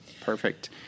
perfect